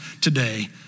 today